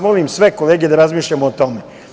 Molim sve kolege da razmišljamo o tome.